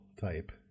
type